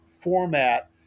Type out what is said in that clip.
format